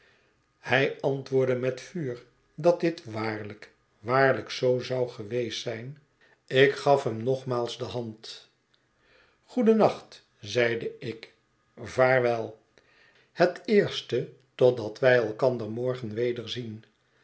hij antwoordde met vuur dat dit waarlijk waarlijk zoo zou geweest zijn ik gaf hem nogmaals de hand goedennacht zeide ik vaarwel het eerste totdat wij elkander morgen wederzien